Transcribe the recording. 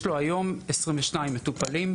יש לנו כרגע 22 מטופלים.